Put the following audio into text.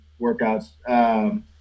workouts